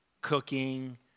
cooking